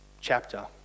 chapter